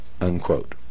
unquote